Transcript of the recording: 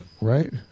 Right